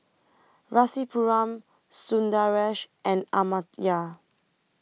Rasipuram Sundaresh and Amartya